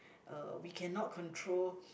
uh we cannot control